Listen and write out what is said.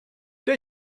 der